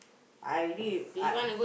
I already I